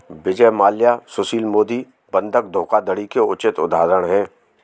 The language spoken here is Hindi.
विजय माल्या सुशील मोदी बंधक धोखाधड़ी के उचित उदाहरण है